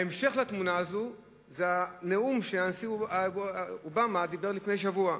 ההמשך לתמונה הזאת זה הנאום שהנשיא אובמה נשא לפני שבוע,